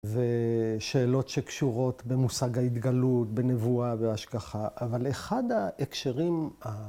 ושאלות שקשורות במושג ההתגלות, בנבואה, בהשגחה, אבל אחד ההקשרים